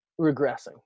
regressing